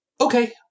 Okay